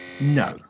No